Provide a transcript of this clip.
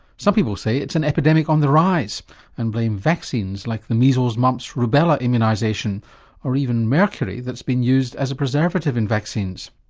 some people say it's an epidemic on the rise and blame vaccines like the measles, mumps rubella immunisation or even mercury that's been used as a preservative in vaccines.